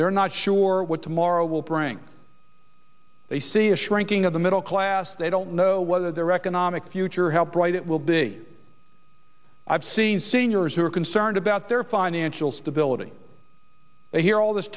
they're not sure what tomorrow will bring they see a shrinking of the middle class they don't know whether their economic future health bright it will be i've seen seniors who are concerned about their financial stability they hear all this